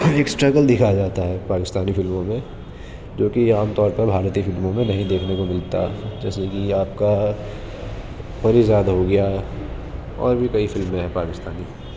ایک اسٹرگل دکھایا جاتا ہے پاکستانی فلموں میں جو کہ عام طور پر بھارتی فلموں میں نہیں دیکھنے کو ملتا ہے جیسے کہ آپ کا پری زاد ہو گیا اور بھی کئی فلمیں ہیں پاکستانی